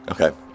Okay